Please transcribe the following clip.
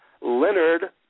Leonard